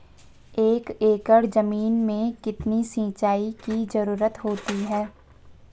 एक एकड़ ज़मीन में कितनी सिंचाई की ज़रुरत होती है?